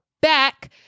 back